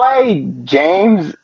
James